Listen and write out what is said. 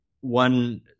One